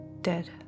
dead